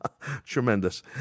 Tremendous